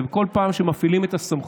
ובכל פעם שמפעילים את הסמכות,